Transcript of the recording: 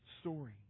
story